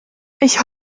ich